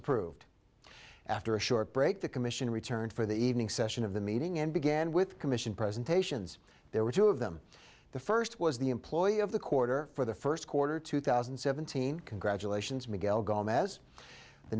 approved after a short break the commission returned for the evening session of the meeting and began with commission presentations there were two of them the first was the employee of the quarter for the first quarter two thousand and seventeen congratulations